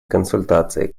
консультации